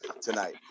tonight